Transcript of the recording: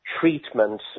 treatment